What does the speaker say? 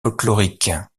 folklorique